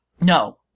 No